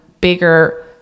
bigger